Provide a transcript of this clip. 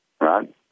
Right